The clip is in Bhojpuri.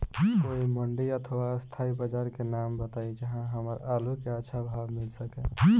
कोई मंडी अथवा स्थानीय बाजार के नाम बताई जहां हमर आलू के अच्छा भाव मिल सके?